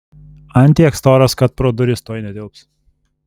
ant tiek storas kad pro duris tuoj netilps